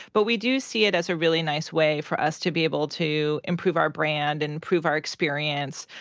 but we do see it as a really nice way for us to be able to improve our brand and improve our experience.